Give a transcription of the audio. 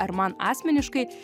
ar man asmeniškai